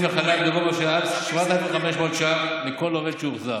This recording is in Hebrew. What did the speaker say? מחל"ת בגובה של עד 7,500 ש"ח לכל עובד שהוחזר.